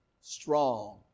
strong